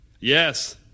Yes